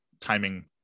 timing